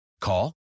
Call